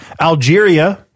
Algeria